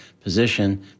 position